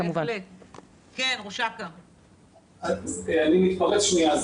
אני מתפרץ שנייה.